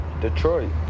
Detroit